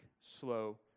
slow